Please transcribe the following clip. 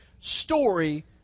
story